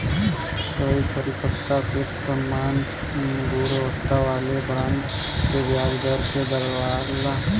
कई परिपक्वता पे समान गुणवत्ता वाले बॉन्ड क ब्याज दर के दर्शावला